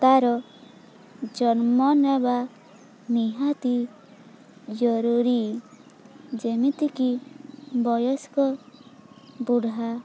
ତା'ର ଜନ୍ମ ନେବା ନିହାତି ଜରୁରୀ ଯେମିତିକି ବୟସ୍କ ବୁଢ଼ା